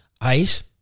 Ice